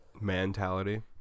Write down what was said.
Mentality